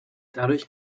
dadurch